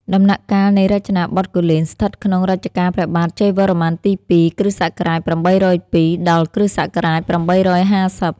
ដំណាក់កាលនៃរចនាបថគូលែន ស្ថិតក្នុងរជ្ជកាលព្រះបាទជ័យវរ្ម័នទី២ (គ.ស. ៨០២ ដល់ គ.ស. ៨៥០)។